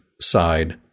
side